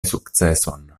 sukceson